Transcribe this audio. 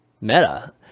meta